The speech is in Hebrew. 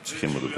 צריכים, נכון.